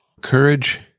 courage